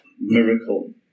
miracle